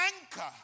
anchor